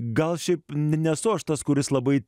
gal šiaip nesu aš tas kuris labai